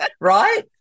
Right